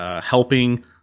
helping